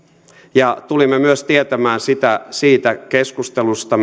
ja tulimme myös tietämään siitä keskustelusta